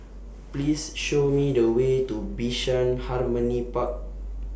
Please Show Me The Way to Bishan Harmony Park